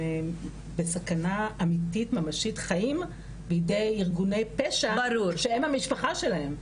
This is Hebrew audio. בסכנה אמיתית ממשית חיים בידי ארגוני פשע שהם המשפחה שלהם.